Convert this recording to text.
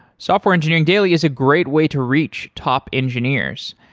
software engineering daily is a great way to reach top engineers.